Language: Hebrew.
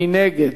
מי נגד?